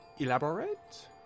Elaborate